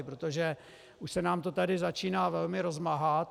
Protože už se nám to tady začíná velmi rozmáhat.